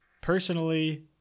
personally